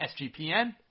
SGPN